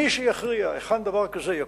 מי שיכריע היכן דבר כזה יקום,